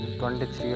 23